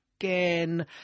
again